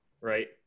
right